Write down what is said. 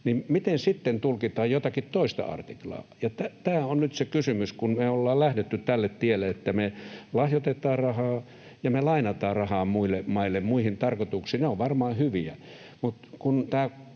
miten sitten tulkitaan jotakin toista artiklaa. Tämä on nyt se kysymys, kun me ollaan lähdetty tälle tielle, että me lahjoitetaan rahaa ja me lainataan rahaa muille maille muihin tarkoituksiin. Ne ovat varmaan hyviä,